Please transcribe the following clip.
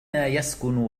يسكن